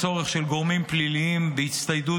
הצורך של גורמים פליליים בהצטיידות